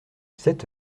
sept